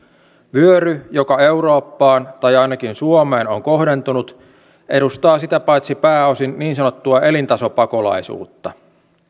vyöry joka eurooppaan tai ainakin suomeen on kohdentunut sitä paitsi edustaa pääosin niin sanottua elintasopakolaisuutta